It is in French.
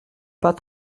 pas